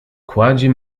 kładzie